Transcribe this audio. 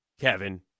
Kevin